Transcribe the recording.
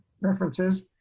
references